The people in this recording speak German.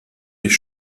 mich